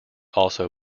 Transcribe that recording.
also